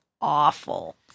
awful